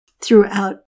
throughout